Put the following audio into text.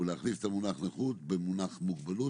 ולהחליף את המנוח "נכות" במונח "מוגבלות",